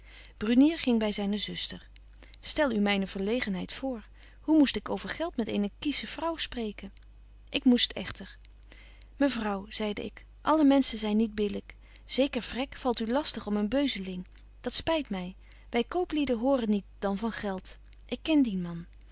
brunier ging by zyne zuster stel u myne verlegenheid voor hoe moest ik over geld met eene kiesche vrouw spreken ik moest echter mevrouw zeide ik alle menschen zyn niet billyk zeker vrek valt u lastig om een beuzeling dat spyt my wy kooplieden horen niet dan van geld ik ken dien man